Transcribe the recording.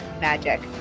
magic